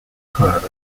curve